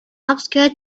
obscure